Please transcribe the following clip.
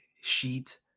sheet